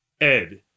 Ed